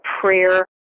prayer